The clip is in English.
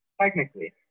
Technically